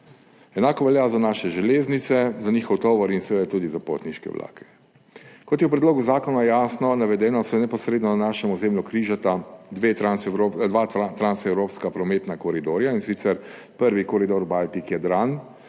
Enako velja za naše železnice, za njihov tovor in seveda tudi za potniške vlake. Kot je v predlogu zakona jasno navedeno, se neposredno na našem ozemlju križata dva transevropska prometna koridorja, in sicer prvi koridor Baltik–Jadran